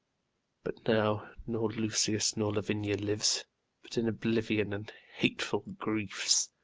but now nor lucius nor lavinia lives but in oblivion and hateful griefs.